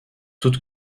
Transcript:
toute